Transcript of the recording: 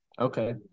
Okay